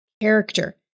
character